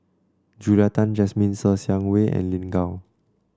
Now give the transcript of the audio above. Julia Tan Jasmine Ser Xiang Wei and Lin Gao